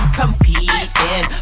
competing